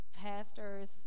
pastor's